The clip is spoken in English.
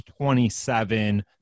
27